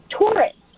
tourists